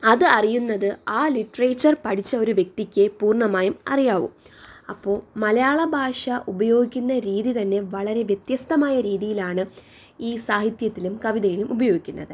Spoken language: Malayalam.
അത് അറിയുന്നത് ആ ലിറ്ററേച്ചർ പഠിച്ച ഒരു വ്യക്തിക്കേ പൂർണ്ണമായും അറിയാവൂ അപ്പോൾ മലയാളഭാഷ ഉപയോഗിക്കുന്ന രീതി തന്നെ വളരെ വ്യത്യസ്തമായ രീതിയിലാണ് ഈ സാഹിത്യത്തിലും കവിതയിലും ഉപയോഗിക്കുന്നത്